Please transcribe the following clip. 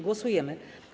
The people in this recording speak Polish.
Głosujemy.